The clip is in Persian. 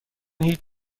هیچ